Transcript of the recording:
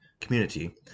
community